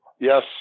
yes